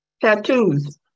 Tattoos